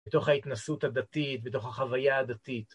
בתוך ההתנסות הדתית, בתוך החוויה הדתית.